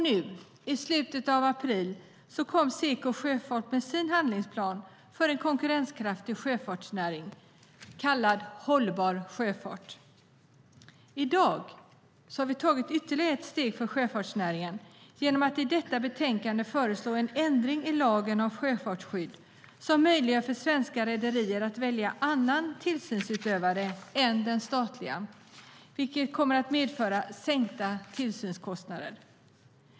Nu i slutet av april kom Seko sjöfolk med sin handlingsplan för en konkurrenskraftig sjöfartsnäring, kallad Hållbar sjöfart . I dag har vi tagit ytterligare ett steg för sjöfartsnäringen genom att i detta betänkande föreslå en ändring i lagen om sjöfartsskydd som möjliggör för svenska rederier att välja annan tillsynsutövare än den statliga, vilket kommer att medföra sänkta tillsynskostnader.